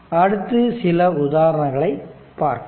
அடுத்து சில உதாரணங்களை பார்க்கலாம்